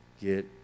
get